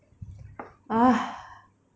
ah